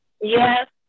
Yes